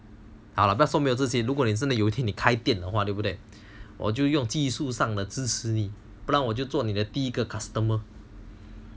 好啦不要说支持你如果你真的开店的话对不对我就用技术上的支持你不然我就做你的第一个 customer